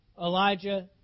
Elijah